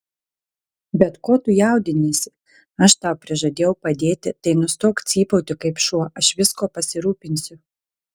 bet ko tu jaudiniesi aš tau prižadėjau padėti tai nustok cypauti kaip šuo aš viskuo pasirūpinsiu